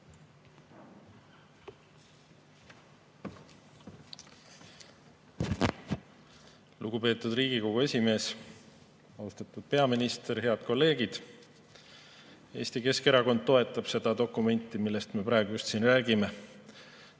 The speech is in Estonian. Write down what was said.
Lugupeetud Riigikogu esimees! Austatud peaminister! Head kolleegid! Eesti Keskerakond toetab seda dokumenti, millest me praegu siin räägime,